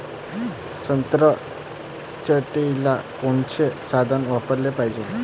संत्रा छटाईले कोनचे साधन वापराले पाहिजे?